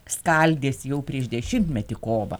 skaldėsi jau prieš dešimtmetį kovą